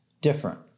different